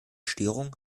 störung